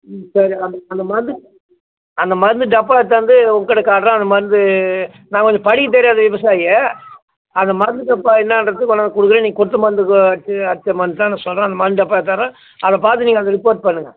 ம் சேரி அந்த அந்த மருந்து அந்த மருந்து டப்பா எடுத்தாந்து உங்கள்ட்ட காட்டுகிறேன் அந்த மருந்து நான் கொஞ்சம் படிக்க தெரியாது விவசாயி அந்த மருந்து டப்பா என்னான்றதை கொண்டாந்து கொடுக்குறேன் நீங்கள் கொடுத்த மருந்துக்கு அடித்த அடித்த மருந்து தானானு சொல்லுகிறேன் அந்த மருந்தை டப்பா தரேன் அதை பார்த்துட்டு நீங்கள் ரிப்போட் பண்ணுங்க